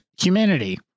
humanity